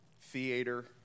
Theater